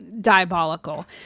diabolical